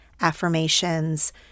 affirmations